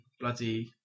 bloody